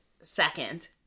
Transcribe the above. second